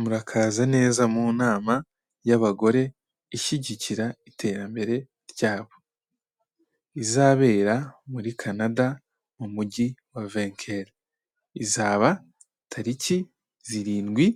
Murakaza neza mu nama y'abagore ishyigikira iterambere ryabo, izabera muri Canada mu mujyi wa vekeri, izaba tariki zirindwi